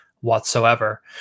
whatsoever